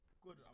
good